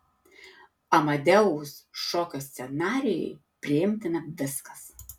amadeus šokio scenarijui priimtina viskas